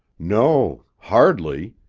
no. hardly.